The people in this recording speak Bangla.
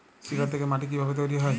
শিলা থেকে মাটি কিভাবে তৈরী হয়?